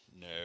No